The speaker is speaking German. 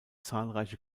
zahlreiche